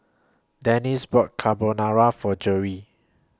Dennis bought Carbonara For Jerrie